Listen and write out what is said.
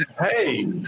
hey